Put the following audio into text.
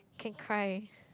can cry